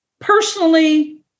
Personally